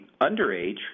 underage